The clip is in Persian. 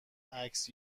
عکس